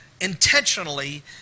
intentionally